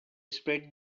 spread